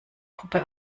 puppe